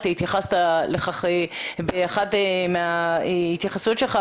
אתה התייחסת לכך באחת ההתייחסויות שלך.